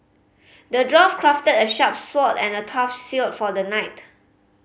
the dwarf crafted a sharp sword and a tough shield for the knight